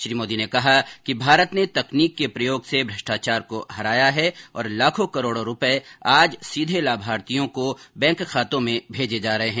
श्री मोदी ने कहा कि भारत ने तकनीक के प्रयोग से भ्रष्टाचार को हराया है और लाखों करोड़ों रूपए आज सीधे लाभार्थियों के बैंक खातों में भेजे जा रहे हैं